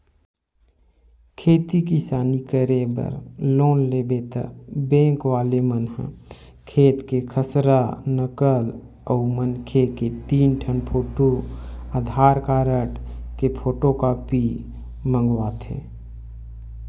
खेती किसानी करे बर लोन लेबे त बेंक वाले मन ह खेत के खसरा, नकल अउ मनखे के तीन ठन फोटू, आधार कारड के फोटूकापी मंगवाथे